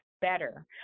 better